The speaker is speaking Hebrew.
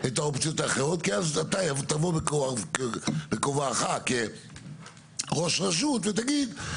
בעצם הרשות הזאת כפופה למשרד השיכון.